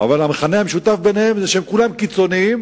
אבל המכנה המשותף ביניהם הוא שכולם קיצונים,